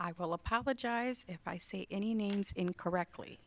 i will apologize if i see any names incorrectly